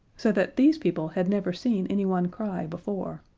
so that these people had never seen anyone cry before.